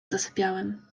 zasypiałem